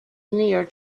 near